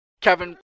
Kevin